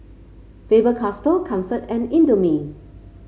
Faber Castell Comfort and Indomie